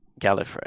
Gallifrey